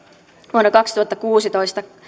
vuonna kaksituhattakuusitoista